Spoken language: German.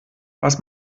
was